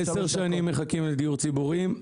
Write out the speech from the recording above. עשר שנים הן מחכות לדיור ציבורי.